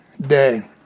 day